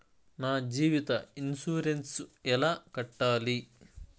నా జీవిత ఇన్సూరెన్సు ఎలా కట్టాలి?